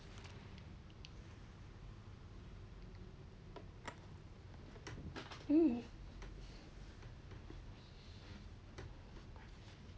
hmm